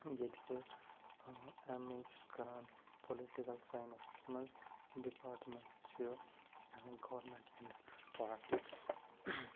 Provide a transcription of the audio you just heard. ییٚتہِ بہٕ M A چھُس کران پُلٹِکَل سایِنَسَس منٛز ڈِپامینٹ چھِ گورمنٹ پولِٹِکٕس